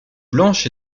blanches